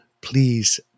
please